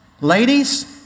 Ladies